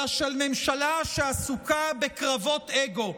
אלא של ממשלה שעסוקה בקרבות אגו.